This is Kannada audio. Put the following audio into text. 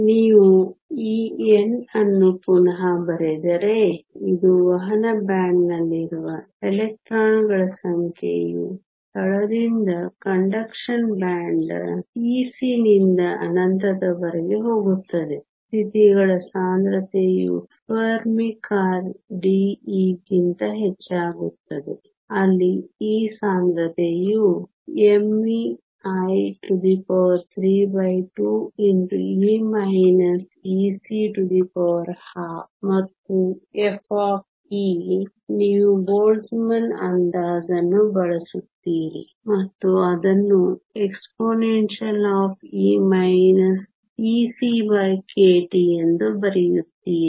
ನೀವು ಈ n ಅನ್ನು ಪುನಃ ಬರೆದರೆ ಇದುಕಂಡಕ್ಷನ್ ಬ್ಯಾಂಡ್ನಲ್ಲಿರುವ ಎಲೆಕ್ಟ್ರಾನ್ಗಳ ಸಂಖ್ಯೆಯು ತಳದಿಂದ ಕಂಡಕ್ಷನ್ ಬ್ಯಾಂಡ್ Ec ನಿಂದ ಅನಂತದವರೆಗೆ ಹೋಗುತ್ತದೆ ಸ್ಥಿತಿಗಳ ಸಾಂದ್ರತೆಯು ಫೆರ್ಮಿ ಕಾರ್ಯ dE ಗಿಂತ ಹೆಚ್ಚಾಗುತ್ತದೆ ಅಲ್ಲಿ ಈ ಸಾಂದ್ರತೆಯು mei3212 ಮತ್ತು f ನೀವು ಬೋಲ್ಟ್ಜ್ಮನ್ ಅಂದಾಜನ್ನು ಬಳಸುತ್ತೀರಿ ಮತ್ತು ಅದನ್ನು expE EckT ಎಂದು ಬರೆಯುತ್ತೀರಿ